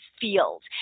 field